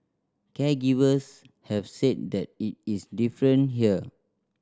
caregivers have said that it is different here